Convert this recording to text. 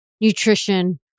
nutrition